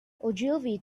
ogilvy